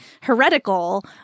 heretical